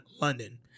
London